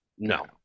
No